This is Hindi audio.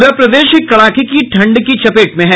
प्ररा प्रदेश कड़ाके की ठंड की चपेट में है